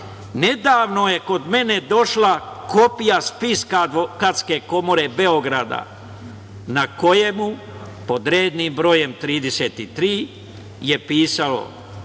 „Nedavno je kod mene došla kopija spiska Advokatske komore Beograda, na kojem pod rednim brojem 33. je pisalo